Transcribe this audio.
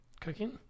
Cooking